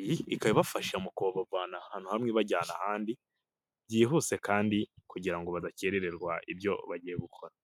Iyi ikaba ibafasha mu kubavana ahantu hamwe ibajyana ahandi, byihuse kandi kugira ngo badakererwa ibyo bagiye gukora.